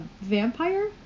Vampire